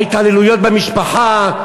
ההתעללויות במשפחה,